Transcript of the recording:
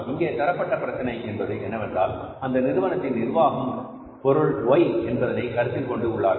இங்கே தரப்பட்ட பிரச்சனை என்பது என்னவென்றால் அந்த நிறுவனத்தின் நிர்வாகம் பொருள் Y என்பதைகருத்தில் கொண்டு உள்ளார்கள்